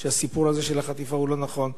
שהסיפור הזה של החטיפה הוא לא נכון,